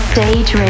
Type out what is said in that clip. Stage